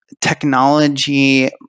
technology